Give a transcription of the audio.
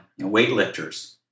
weightlifters